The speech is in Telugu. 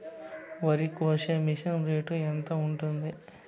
వరికోసే మిషన్ రేటు ఎంత ఉంటుంది?